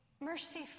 mercy